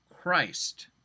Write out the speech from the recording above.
christ